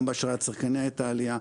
גם באשראי הצרכני הייתה עלייה,